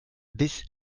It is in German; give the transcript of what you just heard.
bis